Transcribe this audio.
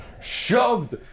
shoved